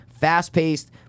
fast-paced